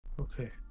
Okay